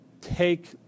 take